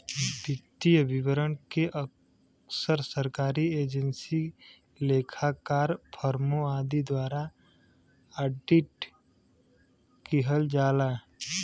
वित्तीय विवरण के अक्सर सरकारी एजेंसी, लेखाकार, फर्मों आदि द्वारा ऑडिट किहल जाला